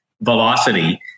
velocity